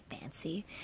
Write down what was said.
fancy